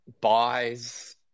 buys